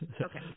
Okay